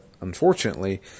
unfortunately